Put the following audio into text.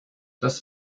das